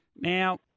Now